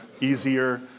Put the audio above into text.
easier